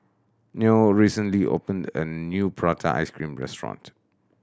Noe recently opened a new prata ice cream restaurant